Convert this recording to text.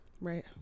Right